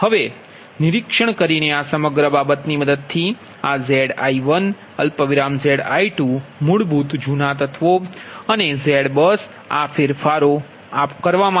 હવે નિરીક્ષણ કરીને આ સમગ્ર બાબતની મદદથી આ Zi1Zi2 મૂળભૂત જૂના તત્વો ZBUS અને આ ફેરફારો છે